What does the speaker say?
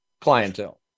clientele